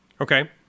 okay